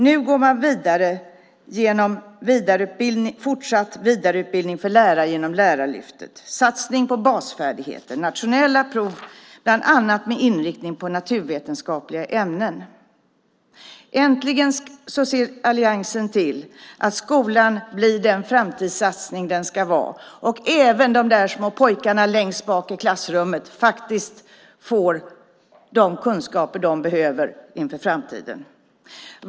Nu går man vidare genom fortsatt vidareutbildning av lärare genom Lärarlyftet. Det handlar om satsning på basfärdigheter och nationella prov bland annat med inriktning på naturvetenskapliga ämnen. Äntligen ser alliansen till att skolan blir den framtidssatsning den ska vara. Även de små pojkarna längst bak i klassrummet ska få de kunskaper de behöver inför framtiden.